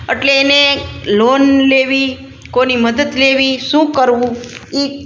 એટલે એને લોન લેવી કોની મદદ લેવી શું કરવું એ